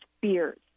fears